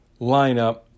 lineup